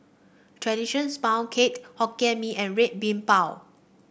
traditional sponge cake Hokkien Mee and Red Bean Bao